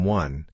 one